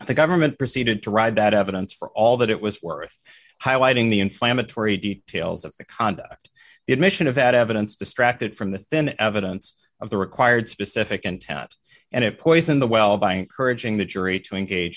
the government proceeded to ride that evidence for all that it was worth highlighting the inflammatory details of the conduct the admission of evidence distracted from the thin evidence of the required specific intent and it poisoned the well by encouraging the jury to engage